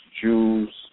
Jews